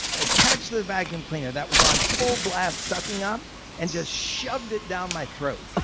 attached the vacuum cleaner that was on full blast sucking up and just shoved it down my throat.